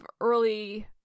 early